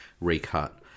recut